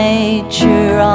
Nature